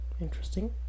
Interesting